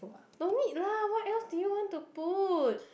don't need lah what else do you want to put